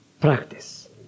practice